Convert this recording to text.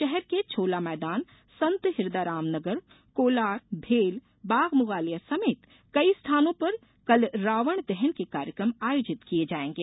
शहर के छोला मैदान संत हिरदाराम नगर कोलार भेल बाग मुगलिया समेत कई स्थानों पर कल रावण दहन के कार्यक्रम आयोजित किये जायेंगे